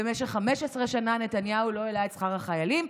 במשך 15 שנים לא העלה את שכר החיילים,